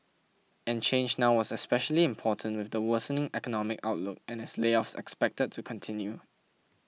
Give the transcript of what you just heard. and change now was especially important with the worsening economic outlook and as layoffs expected to continued